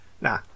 nah